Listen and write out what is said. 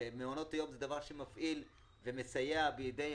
שמעונות יום זה דבר שמפעיל ומסייע בידי